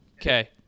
Okay